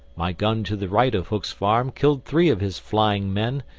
my gun to the right of hook's farm killed three of his flying men,